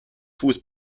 fuß